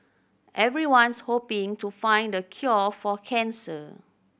everyone's hoping to find the cure for cancer